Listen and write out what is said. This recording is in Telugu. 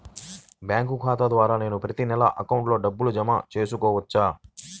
బ్యాంకు ఖాతా ద్వారా నేను ప్రతి నెల అకౌంట్లో డబ్బులు జమ చేసుకోవచ్చా?